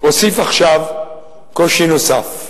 אוסיף עכשיו קושי נוסף: